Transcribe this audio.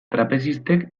trapezistek